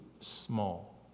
small